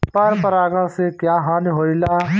पर परागण से क्या हानि होईला?